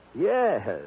Yes